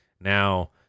Now